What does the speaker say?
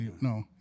no